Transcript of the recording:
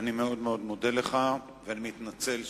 אני מאוד מאוד מודה לך, ואני מתנצל.